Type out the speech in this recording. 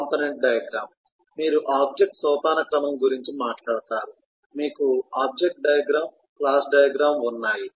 component diagram మీరు object సోపానక్రమం గురించి మాట్లాడుతారు మీకు ఆబ్జెక్ట్ డయాగ్రమ్ క్లాస్ డయాగ్రమ్ ఉన్నాయి